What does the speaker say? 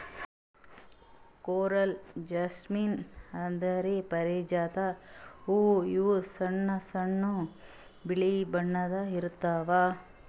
coral jasmine ಅಂದ್ರ ಪಾರಿಜಾತ ಹೂವಾ ಇವು ಸಣ್ಣ್ ಸಣ್ಣು ಬಿಳಿ ಬಣ್ಣದ್ ಇರ್ತವ್